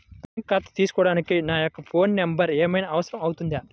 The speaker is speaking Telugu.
బ్యాంకు ఖాతా తీసుకోవడానికి నా యొక్క ఫోన్ నెంబర్ ఏమైనా అవసరం అవుతుందా?